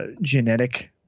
genetic